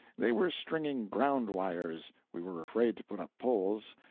they were stringing ground wires we were afraid to put up poles,